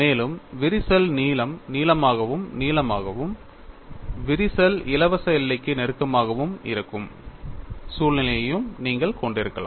மேலும் விரிசல் நீளம் நீளமாகவும் நீளமாகவும் விரிசல் இலவச எல்லைக்கு நெருக்கமாகவும் இருக்கும் சூழ்நிலையையும் நீங்கள் கொண்டிருக்கலாம்